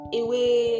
away